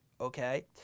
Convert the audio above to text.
okay